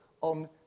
on